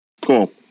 Cool